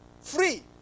Free